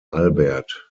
albert